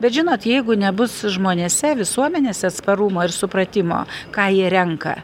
bet žinot jeigu nebus žmonėse visuomenėse atsparumo ir supratimo ką jie renka